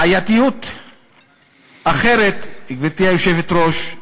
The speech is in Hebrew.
בעייתיות אחרת, גברתי היושבת-ראש,